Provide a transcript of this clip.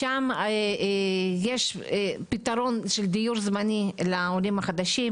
שם יש פתרון של דיור זמני לעולים החדשים,